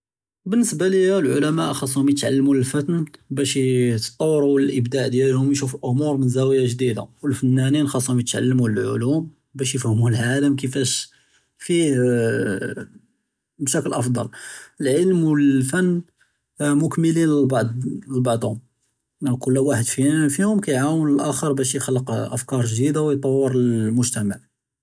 אה אה בִּנְסְבַּה לִיָא אֶלְעֱלַמָאא חַאסְּהוּם יִתְעַלְּמוּ אֶלְפַּן בַּאש יִתְטַוְּרוּ אֶלְאִבְדַاع דִּיַאלְהוּם וְיִשׁוּפוּ אֻמוּר מִן זַוְיָה חֲדִישָׁה, וְאֶלְפַנָּנִין חַאסְּהוּם יִתְעַלְּמוּ אֶלְעֻלּוּם בַּאש יְפַהְמּוּ אֶלְעָלַם כֵּיףָאש פִּיה, אַה אַה אַה אַה בְּשֶׁכְּל טוֹב אַה אַה אֶלְעֵלֶם וְאֶלְפַּן אַה מְכַמְּלִין לְבַּעְד לְבַּעְדְהוּם, אִן כֻּּל וַחַד פִּיהוּם כּיַעְוֵן אֶלְאַחֵר בַּאש יְחַלְּקּוּ אַפְקַאר חֲדִישָׁה וְיִתְטַוְּּרוּ אֶלְמֻגְתַמַע.